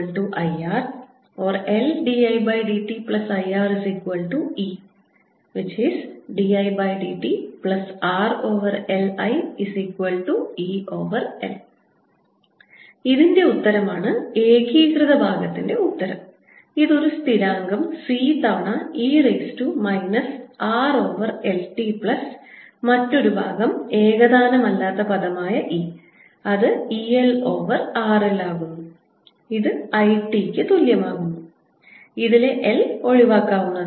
ϵ LdIdtIR or LdIdtIRϵ dIdtRLIL ഇതിൻറെ ഉത്തരമാണ് ഏകീകൃത ഭാഗത്തിൻറെ ഉത്തരംഇത് ഒരു സ്ഥിരാങ്കം C തവണ e raise to minus R over L t plus മറ്റൊരു ഭാഗം ഏകതാനമല്ലാത്ത പദമായ E അത് E L over R L ആകുന്നു ഇത് I t ക്ക് തുല്യമാകുന്നു ഇതിലെ L ഒഴിവാക്കുന്നതാണ്